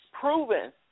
proven